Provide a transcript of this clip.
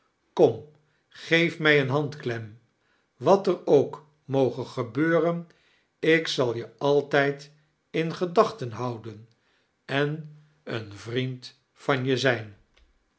kom geef mij eene hand clem wat eir ook moge gebeuren ik zal je altijd in gedachten houden en een vriend van je zijn